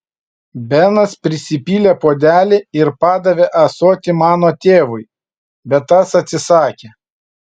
benas prisipylė puodelį ir padavė ąsotį mano tėvui bet tas atsisakė